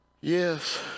Yes